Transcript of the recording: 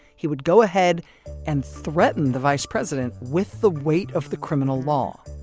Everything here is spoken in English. he would go ahead and threaten the vice president with the weight of the criminal law.